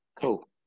cool